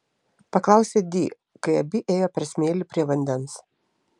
paklausė di kai abi ėjo per smėlį prie vandens